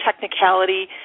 technicality